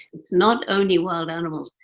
it's not only wild animals.